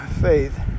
faith